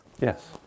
Yes